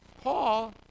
Paul